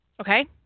Okay